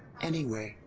anyway,